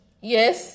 Yes